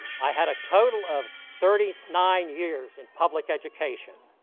i had a total of thirty nine years in public education.